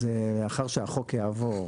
אז לאחר שהחוק יעבור,